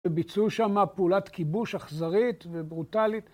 וביצעו שם פעולת כיבוש אכזרית וברוטלית.